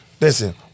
Listen